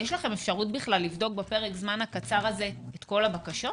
יש לכם אפשרות לבחון בפרק הזמן הקצר הזה את כול הבקשות?